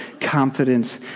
confidence